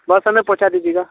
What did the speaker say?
बस हमें पहुँचा दीजिएगा